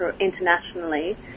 internationally